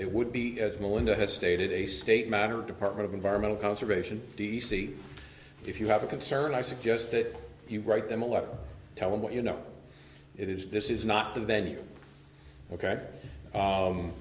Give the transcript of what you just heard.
it would be as melinda has stated a state matter department of environmental conservation d c if you have a concern i suggest that you write them a letter tell them what you know it is this is not the venue ok